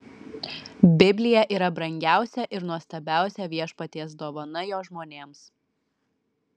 biblija yra brangiausia ir nuostabiausia viešpaties dovana jo žmonėms